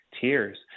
tears